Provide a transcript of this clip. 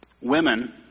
women